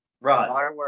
Right